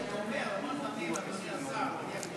אז אני אומר,